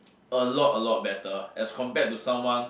a lot a lot better as compared to someone